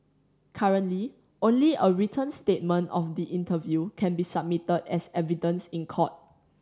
currently only a written statement of the interview can be submitted as evidence in court